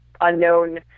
unknown